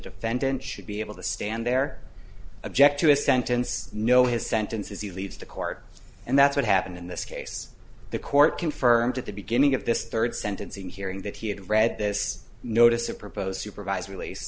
defendant should be able to stand there object to a sentence know his sentence as he leaves the court and that's what happened in this case the court confirmed at the beginning of this third sentencing hearing that he had read this notice of proposed supervised release